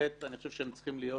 ובהחלט אני חושב שהם צריכים להיות,